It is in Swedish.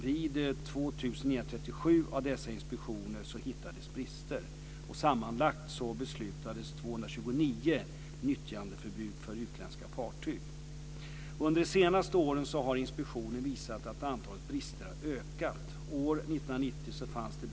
Vid 2 937 av dessa inspektioner hittades brister. Sammanlagt beslutades om 229 nyttjandeförbud för utländska fartyg. Under de senaste åren har inspektioner visat att antalet brister har ökat.